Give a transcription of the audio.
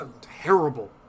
terrible